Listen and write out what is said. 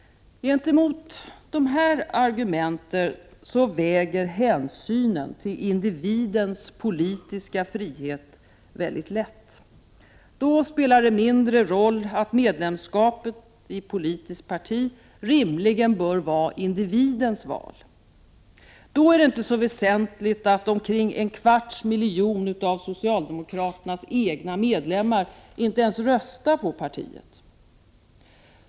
Gentemot dessa argument väger hänsynen till individens politiska frihet mycket lätt. Då spelar det mindre roll att medlemskapet i ett politiskt parti rimligen bör vara individens val. Då är det inte så väsentligt att omkring en kvarts miljon av socialdemokraternas egna medlemmar inte ens röstar på partiet.